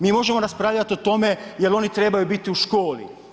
Mi možemo raspravljati o tome je li oni trebaju biti u školi.